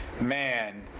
man